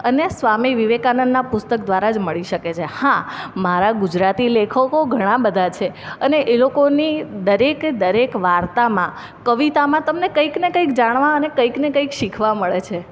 અને સ્વામી વિવેકાનંદના પુસ્તક દ્વારા જ મળી શકે છે હા મારા ગુજરાતી લેખકો ઘણા બધા છે અને એ લોકોની દરેકે દરેક વાર્તામાં કવિતામાં તમને કંઈક ને કંઈક જાણવા અને કંઈક ને કંઈક શીખવા મળે છે